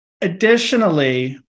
Additionally